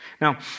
Now